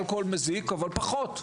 אלכוהול מזיק אבל פחות.